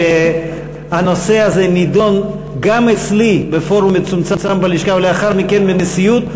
שהנושא הזה נדון גם אצלי בפורום מצומצם בלשכה ולאחר מכן בנשיאות,